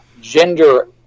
gender